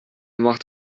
macht